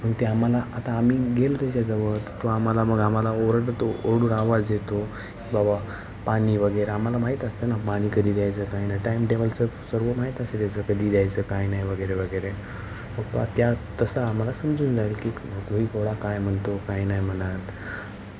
पण ते आम्हाला आता आम्ही गेलं त्याच्या जवळ तर तो आम्हाला मग आम्हाला ओरडतो ओरडू आवाज येतो बाबा पाणीवगैरे आम्हाला माहीत असते ना पाणी कधी द्यायचं काय ना टाइम टेबलचं सर्व माहीत असते त्याचं कधी द्यायचं काय नाहीवगैरे वगैरे फवा त्या तसं आम्हाला समजून जाईल की काही घोडा काय म्हणतो काय नाही म्हणत